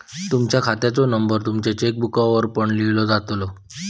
तुमच्या खात्याचो नंबर तुमच्या चेकबुकवर पण लिव्हलो जातलो